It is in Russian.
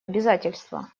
обязательства